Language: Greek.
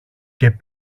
και